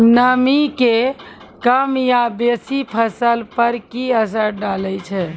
नामी के कम या बेसी फसल पर की असर डाले छै?